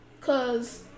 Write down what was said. Cause